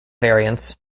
variants